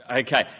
Okay